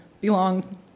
belong